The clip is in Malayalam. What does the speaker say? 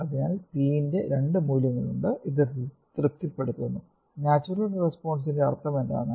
അതിനാൽ p ന്റെ രണ്ട് മൂല്യങ്ങളുണ്ട് ഇത് തൃപ്തിപ്പെടുത്തുന്നു നാച്ചുറൽ റെസ്പോൺസിന്റെ അർത്ഥം എന്താണ്